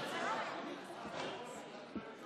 בבקשה, עשר